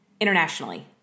internationally